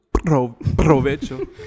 Provecho